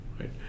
right